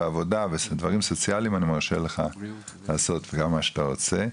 עבודה ודברים סוציאליים אני מרשה לך לעשות מה שאתה רוצה.